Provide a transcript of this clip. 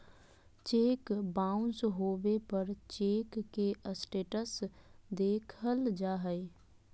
cheque bounce होबे पर check के स्टेटस देखल जा हइ